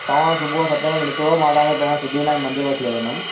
तव्हां सुबुहु सतें वॼे निकिरो मां तव्हांखे पहिरूं सिद्धिविनायक मंदरु वठी हलंदमि